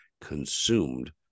consumed